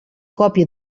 còpia